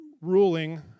ruling